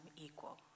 equal